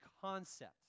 concept